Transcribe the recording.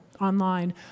online